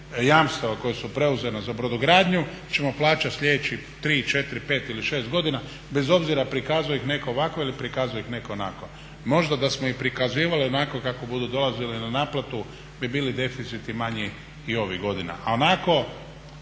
jamstava koja su preuzeta za brodogradnju ćemo plaćati sljedećih 3, 4, 5 ili 6 godina bez obzira prikazuje ih netko ovako ili prikazuje ih netko onako. Možda da smo ih prikazivali onako kako budu dolazili na naplatu bi bili deficiti manji i ovih godina, a onako